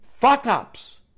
fuck-ups